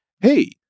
hey